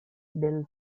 dil